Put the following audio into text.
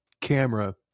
camera